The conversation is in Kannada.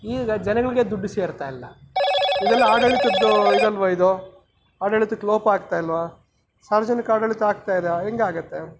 ಈಗ ಜನಗಳಿಗೆ ದುಡ್ಡು ಸೇರ್ತಾಯಿಲ್ಲ ಇದ್ರಲ್ಲಿ ಆಡಳಿತದ್ದು ಇದಲ್ವಾ ಇದು ಆಡಳಿತಕ್ಕೆ ಲೋಪ ಆಗ್ತಾ ಇಲ್ವಾ ಸಾರ್ವಜನಿಕ ಆಡಳಿತ ಆಗ್ತಾಯಿದೆ ಹೆಂಗೆ ಆಗುತ್ತೆ